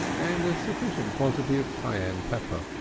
and a sufficient quantity of cayenne pepper.